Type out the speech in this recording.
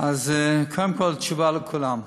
קודם כול, תשובה לכולם: